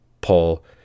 Paul